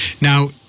now